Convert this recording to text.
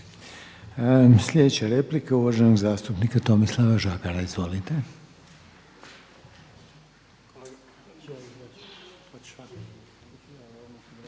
Sljedeća je replika uvaženog zastupnika Ivana Pernara. Izvolite.